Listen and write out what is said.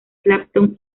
clapton